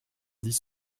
dix